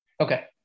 Okay